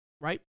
Right